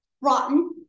rotten